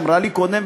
אמרה לי קודם,